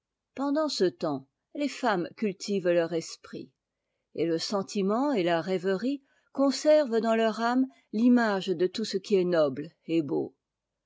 occupations pendant'ce temps les femmes cultivent leur esprit et le sentiment et ta rêverie conservent dans leur âme l'image de tout ce qui est noble et beau